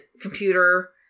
computer